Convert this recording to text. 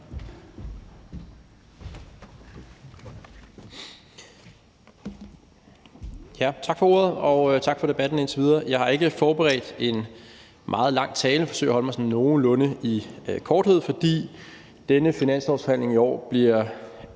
Tak for ordet, og tak for debatten indtil videre. Jeg har ikke forberedt en meget lang tale, og jeg vil forsøge at fatte mig nogenlunde i korthed, fordi denne finanslovsforhandling i år nok